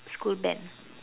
school band